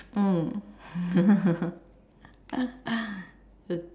mm